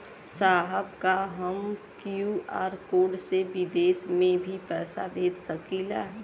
साहब का हम क्यू.आर कोड से बिदेश में भी पैसा भेज सकेला?